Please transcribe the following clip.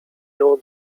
know